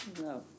no